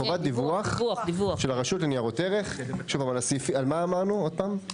על מה אמרנו, עוד פעם?